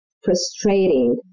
frustrating